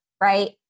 right